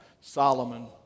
Solomon